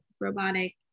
robotic